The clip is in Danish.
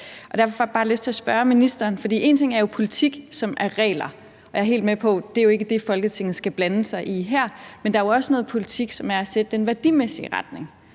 Jeg får bare lyst til at spørge ministeren om noget. For én ting i politik er jo regler, og jeg er helt med på, at det ikke er det, Folketinget skal blande sig i her, men der er jo også noget politik, som er at sætte den værdimæssige retning.